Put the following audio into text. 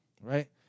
right